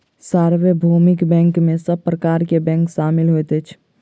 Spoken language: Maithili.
सार्वभौमिक बैंक में सब प्रकार के बैंक शामिल होइत अछि